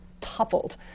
toppled